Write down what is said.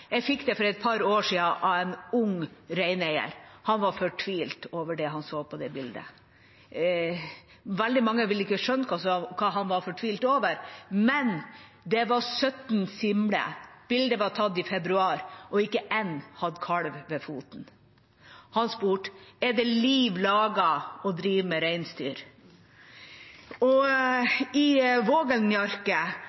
Jeg fikk det for et par år siden av en ung reineier. Han var fortvilet over det han så på bildet. Veldig mange ville ikke skjønt hva han var fortvilet over, men det var 17 simler, bildet var tatt i februar, og ikke én hadde kalv ved foten. Han spurte: Er det liv laga å drive med